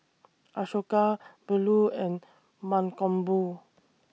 Ashoka Bellur and Mankombu